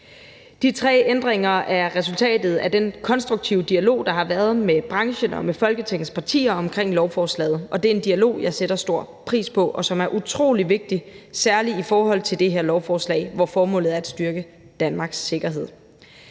De tre ændringer er resultatet af den konstruktive dialog, der har været, med branchen og med Folketingets partier omkring lovforslaget, og det er en dialog, jeg sætter stor pris på, og som er utrolig vigtig særlig i forhold til det her lovforslag, hvor formålet er at styrke Danmarks sikkerhed.